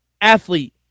athlete